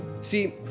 See